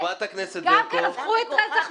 אני דווקא שמעתי אותה מדברת הרבה פעמים נגד רצח נשים.